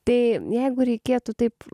tai jeigu reikėtų taip